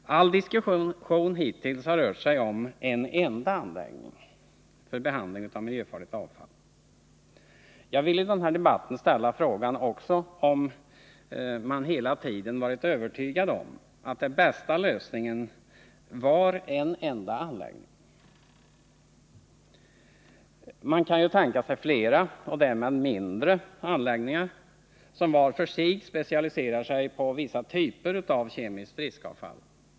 All diskussion hittills har rört sig om en enda anläggning för behandling av miljöfarligt avfall. Jag vill i den här debatten också ställa frågan om man hela tiden varit övertygad om att den bästa lösningen var en enda anläggning. Man kan ju tänka sig flera och därmed mindre anläggningar som var för sig är specialiserade på vissa typer av kemiskt riskavfall.